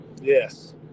Yes